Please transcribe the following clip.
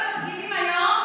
התקנת מתקן פוטו-וולטאי),